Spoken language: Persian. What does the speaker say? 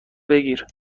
بگیر